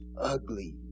ugly